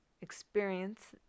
experience